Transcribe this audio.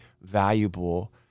valuable